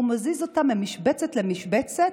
הוא מזיז אותם ממשבצת למשבצת,